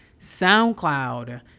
SoundCloud